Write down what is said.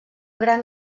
gran